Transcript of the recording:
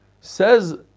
says